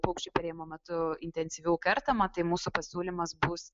paukščių perėjimo metu intensyviau kertama tai mūsų pasiūlymas bus